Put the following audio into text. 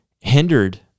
hindered